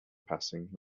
passing